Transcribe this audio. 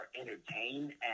entertained